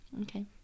Okay